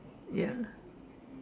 ya